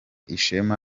ishema